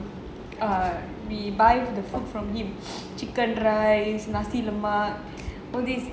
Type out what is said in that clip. err we buy the food from him chicken rice nasi lemak all these